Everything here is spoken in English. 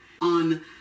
on